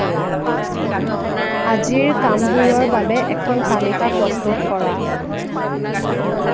আজিৰ কামবোৰৰ বাবে এখন তালিকা প্ৰস্তুত কৰা